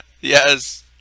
Yes